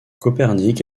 copernic